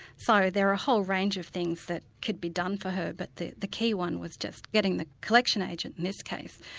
so there are a whole range of things that could be done for her, but the the key one was just getting the collection agent, in this case,